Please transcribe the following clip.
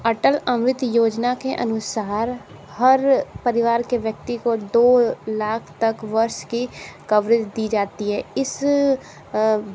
अटल अमृत योजना के अनुसार हर परिवार के व्यक्ति को दो लाख तक वर्ष की कवरेज़ दी जाती है इस